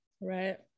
right